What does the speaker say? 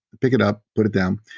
pick it up. put it down.